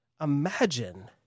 imagine